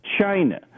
China